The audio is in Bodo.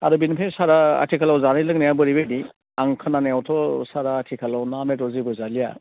आरो बिनिफ्राय सारआ आथिखालाव जानाय लोंनाया बोरैबायदि आं खोनानायावथ' सारआ आथिखालाव ना बेदर जेबो जालिया